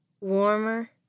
warmer